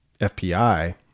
FPI